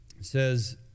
says